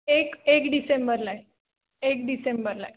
एक एक डिसेंबरला आहे एक डिसेंबरला आहे